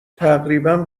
تقریبا